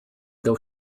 dał